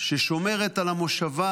ששומרת על המושבה